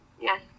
yes